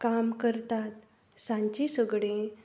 काम करतात सांजची सगळीं